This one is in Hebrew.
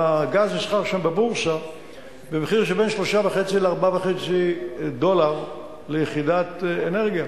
והגז נסחר שם בבורסה במחיר שבין 3.5 דולר ל-4.5 דולר ליחידת אנרגיה.